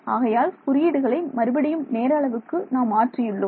ஆகையால் குறியீடுகளை மறுபடியும் நேர அளவுக்கு நாம் மாற்றியுள்ளோம்